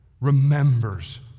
remembers